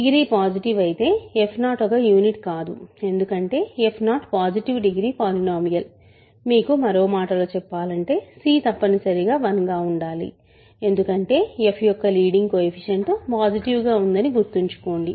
degree positive అయితే f0 ఒక unit కాదు ఎందుకంటే f0 పాసిటివ్ డిగ్రీ పాలినోమియల్ మీకు మరో మాటలో చెప్పాలంటే c తప్పనిసరిగా 1 గా ఉండాలి ఎందుకంటే f యొక్క లీడింగ్ కోయెఫిషియంట్ పాసిటివ్ గా ఉందని గుర్తుంచుకోండి